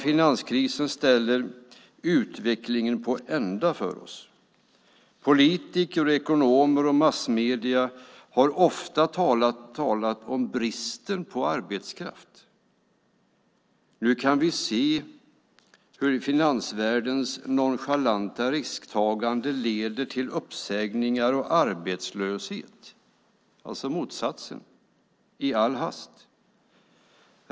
Finanskrisen ställer utvecklingen på ända för oss. Politiker, ekonomer och massmedierna har ofta talat om bristen på arbetskraft. Nu kan vi se hur finansvärldens nonchalanta risktagande leder till uppsägningar och arbetslöshet, alltså motsatsen, i all hast.